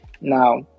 Now